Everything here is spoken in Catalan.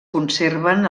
conserven